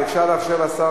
כאילו רק הם